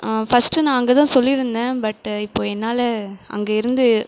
first நான் அங்கே தான் சொல்லியிருந்தேன் பட் இப்போ என்னால் அங்கே இருந்து